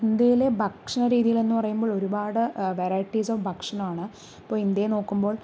ഇന്ത്യയിലെ ഭക്ഷണ രീതികൾ എന്ന് പറയുമ്പോൾ ഒരുപാട് വെറൈറ്റീസ് ഓഫ് ഭക്ഷണമാണ് ഇപ്പോൾ ഇന്ത്യയിൽ നോക്കുമ്പോൾ